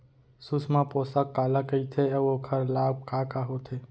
सुषमा पोसक काला कइथे अऊ ओखर लाभ का का होथे?